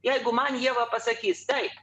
jeigu man ieva pasakys taip